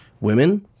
Women